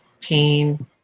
pain